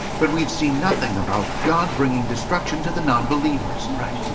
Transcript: but we've seen nothing about god bringing destruction to the non-believers. right.